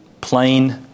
plain